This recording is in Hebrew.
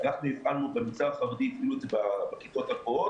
כי הרבה אנשים מבולבלים.